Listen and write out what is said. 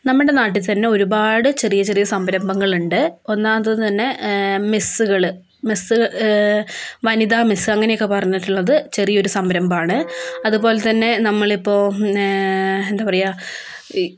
നമ്മുടെ നാട്ടിൽത്തന്നെ ഒരുപാട് ചെറിയ ചെറിയ സംരംഭങ്ങൾ ഉണ്ട് ഒന്നാമത്തേതുതന്നെ മെസ്സുകൾ മെസ്സ് വനിതമെസ്സ് അങ്ങനെയൊക്കെ പറഞ്ഞിട്ടുള്ളത് ചെറിയ ഒരു സംരംഭമാണ് അതുപൊലെതന്നെ നമ്മളിപ്പോൾ എന്താ പറയുക